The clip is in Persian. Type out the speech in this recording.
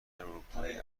اروپایی